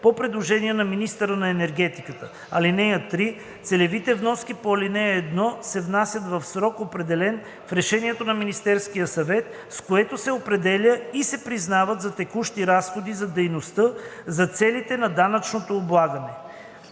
по предложение на министъра на енергетиката. (3) Целевите вноски по ал. 1 се внасят в срок, определен в решението на Министерския съвет, с което се определят и се признават за текущи разходи за дейността за целите на данъчното облагане.“